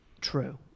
true